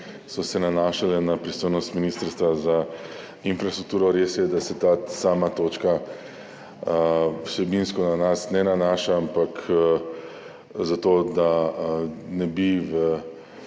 so se nanašali na pristojnost Ministrstva za infrastrukturo. Res je, da se ta sama točka vsebinsko na nas ne nanaša, ampak zato da ne bi